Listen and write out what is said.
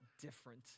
different